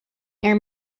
air